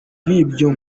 bw’ibyo